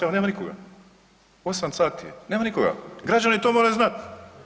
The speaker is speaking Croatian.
Evo nema nikoga, 8 sati je, nema nikoga, građani to moraju znat.